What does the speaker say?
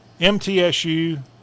MTSU